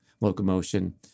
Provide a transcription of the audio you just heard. locomotion